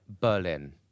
berlin